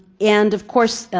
and of course,